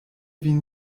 vin